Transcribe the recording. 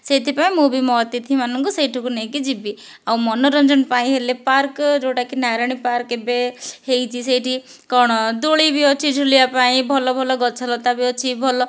ସେଇଥିପାଇଁ ମୁଁ ବି ମୋ' ଅତିଥିମାନଙ୍କୁ ସେଇଠାକୁ ନେଇକି ଯିବି ଆଉ ମନୋରଞ୍ଜନ ପାଇଁ ହେଲେ ପାର୍କ୍ ଯେଉଁଟାକି ନାରାୟଣୀ ପାର୍କ୍ ଏବେ ହୋଇଛି ସେଇଠି କ'ଣ ଦୋଳି ବି ଅଛି ଝୁଲିବା ପାଇଁ ଭଲ ଭଲ ଗଛ ଲତା ବି ଅଛି ଭଲ